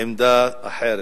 עמדה אחרת.